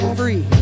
free